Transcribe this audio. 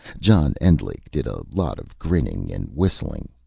john endlich did a lot of grinning and whistling.